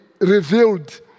revealed